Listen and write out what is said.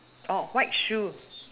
oh white shoe